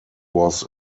was